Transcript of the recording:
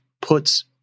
puts